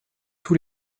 tous